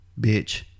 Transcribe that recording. bitch